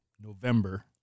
November